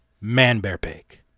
Man-Bear-Pig